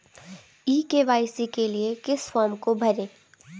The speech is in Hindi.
ई के.वाई.सी के लिए किस फ्रॉम को भरें?